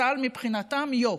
צה"ל מבחינתם יוק,